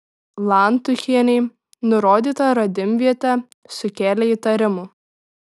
lantuchienei nurodyta radimvietė sukėlė įtarimų